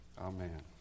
Amen